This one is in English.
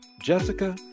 Jessica